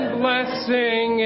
blessing